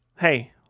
Hey